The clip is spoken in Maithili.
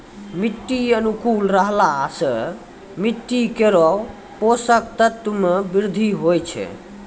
मिट्टी अनुकूल रहला सँ मिट्टी केरो पोसक तत्व म वृद्धि होय छै